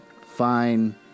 Fine